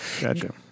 Gotcha